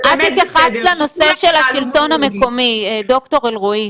זה היה --- זה באמת בסדר --- ד"ר אלרעי,